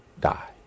die